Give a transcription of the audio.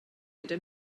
gyda